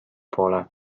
poole